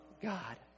God